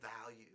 value